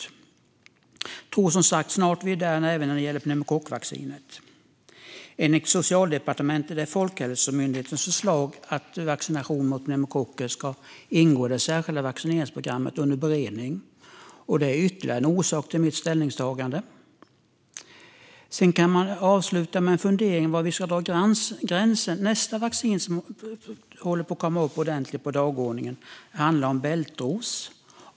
Jag tror som sagt att vi snart är där även när det gäller pneumokockvaccinet. Enligt Socialdepartementet är Folkhälsomyndighetens förslag om att vaccination mot pneumokocker ska ingå i det särskilda vaccinationsprogrammet under beredning. Det är ytterligare en orsak till mitt ställningstagande. Jag avslutar med en fundering om var vi ska dra gränsen. Nästa vaccin som håller på att komma upp ordentligt på dagordningen gäller bältros.